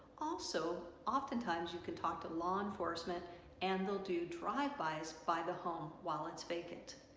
also often times you can talk to law enforcement and they'll do drive-bys by the home while it's vacant.